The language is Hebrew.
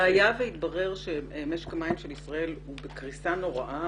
והיה ויתברר שמשק המים של ישראל הוא בקריסה נוראה,